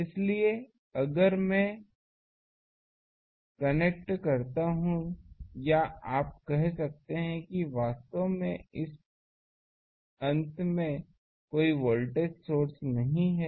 इसलिए अगर मैं कनेक्ट करता हूं या आप कह सकते हैं कि वास्तव में इस अंत में कोई वोल्टेज सोर्स नहीं है